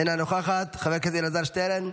אינה נוכחת, חבר הכנסת אלעזר שטרן,